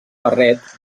barret